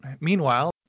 Meanwhile